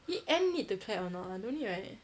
eh end need to clap or not ah no need right